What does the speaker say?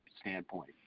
standpoint